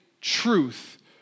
truth